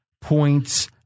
points